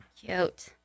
cute